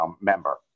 member